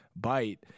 bite